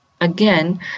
again